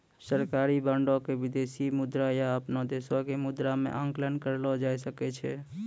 सरकारी बांडो के विदेशी मुद्रा या अपनो देशो के मुद्रा मे आंकलन करलो जाय सकै छै